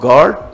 God